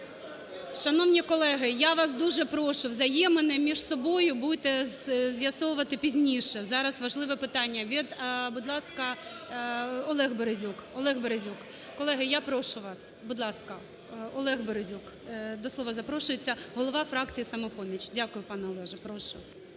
Шановні колеги, я вас дуже прошу, взаємини між собою будете з'ясовувати пізніше, зараз важливе питання. Будь ласка, Олег Березюк. Колеги, я прошу вас. Будь ласка, Олег Березюк. До слова запрошується голова фракції "Самопоміч". Дякую, пане Олеже. Прошу.